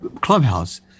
Clubhouse